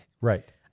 Right